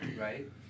Right